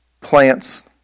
plants